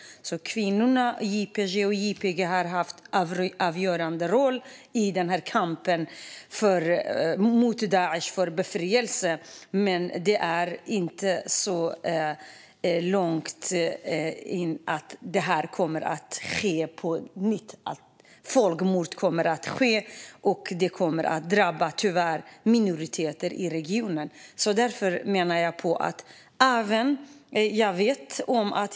Kvinnorna i YPJ och YPG har haft en avgörande roll i kampen mot Daish för befrielse, men man har inte kommit tillräckligt långt än. Folkmord kommer att ske, och det kommer tyvärr att drabba minoriteter i regionen.